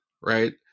right